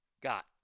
got